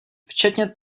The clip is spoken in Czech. včetně